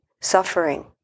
suffering